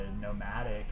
nomadic